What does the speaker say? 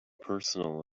personal